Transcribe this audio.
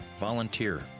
volunteer